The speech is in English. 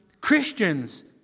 Christians